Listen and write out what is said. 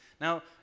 Now